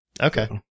okay